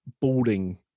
boarding